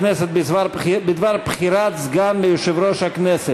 הכנסת בדבר בחירת סגן ליושב-ראש הכנסת.